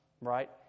right